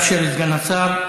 נא לאפשר לסגן השר.